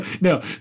No